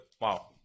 Wow